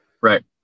Right